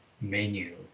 menu